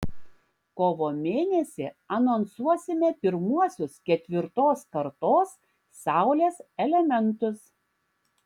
kovo mėnesį anonsuosime pirmuosius ketvirtos kartos saulės elementus